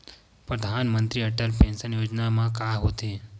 परधानमंतरी अटल पेंशन योजना मा का होथे?